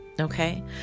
Okay